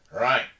Right